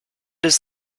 does